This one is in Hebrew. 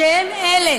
שהם אלה